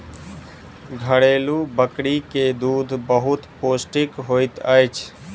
घरेलु बकरी के दूध बहुत पौष्टिक होइत अछि